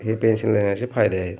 हे पेन्शीलनं लिहिण्याचे फायदे आहेत